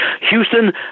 Houston